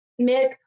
Mick